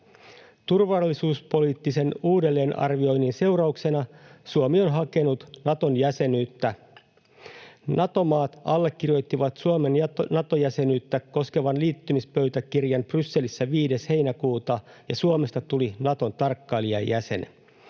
Turvallisuuspoliittisen uudelleenarvioinnin seurauksena Suomi on hakenut Naton jäsenyyttä. Nato-maat allekirjoittivat Suomen Nato-jäsenyyttä koskevan liittymispöytäkirjan Brysselissä 5. heinäkuuta, ja Suomesta tuli Naton tarkkailijajäsen.